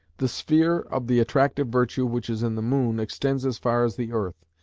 the sphere of the attractive virtue which is in the moon extends as far as the earth,